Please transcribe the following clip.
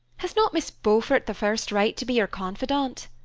has not miss beaufort the first right to be your confidante?